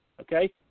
okay